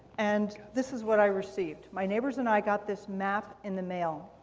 and this is what i received. my neighbors and i got this map in the mail.